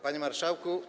Panie Marszałku!